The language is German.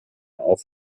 auf